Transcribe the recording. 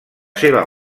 seva